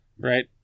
Right